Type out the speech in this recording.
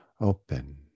open